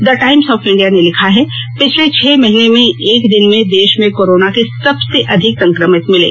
the Times of India ने लिखा है पिछले छह महीने में एक दिन में देश में कोरोना के सबसे अधिक संक्रमित मिले